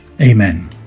Amen